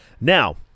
Now